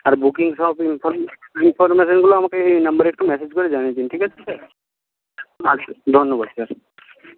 আর বুকিংসহ ইনফর্মেশনগুলো আমাকে এই নাম্বারে একটু মেসেজ করে জানিয়ে দিন ঠিক আছে স্যার আচ্ছা ধন্যবাদ